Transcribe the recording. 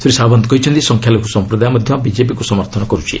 ଶ୍ରୀ ସାଓ୍ୱନ୍ତ କହିଛନ୍ତି ସଂଖ୍ୟାଲଘୁ ସଂପ୍ରଦାୟ ମଧ୍ୟ ବିଜେପିକୁ ସମର୍ଥନ କରୁଛି